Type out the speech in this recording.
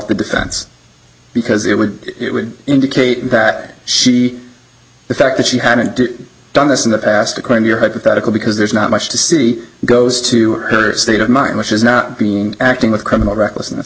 the defense because it would it would indicate that she the fact that she hadn't done this in the past the crime your hypothetical because there's not much to see goes to her state of mind which is not being acting a criminal recklessness